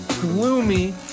gloomy